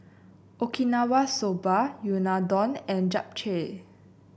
Okinawa Soba Unadon and Japchae